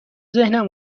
ذهنم